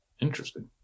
Interesting